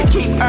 Keep